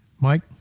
Mike